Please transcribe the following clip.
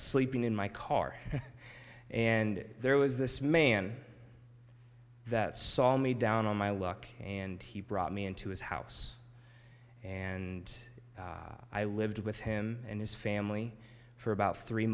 sleeping in my car and there was this man that saw me down on my luck and he brought me into his house and i lived with him and his family for about three